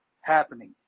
happening